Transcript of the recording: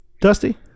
Dusty